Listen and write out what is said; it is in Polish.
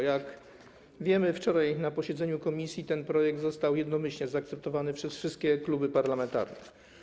Jak wiemy, wczoraj na posiedzeniu komisji ten projekt został jednomyślnie zaakceptowany przez wszystkie kluby parlamentarne.